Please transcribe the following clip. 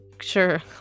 Sure